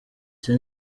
ese